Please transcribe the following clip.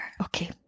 Okay